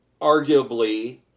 arguably